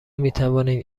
میتوانید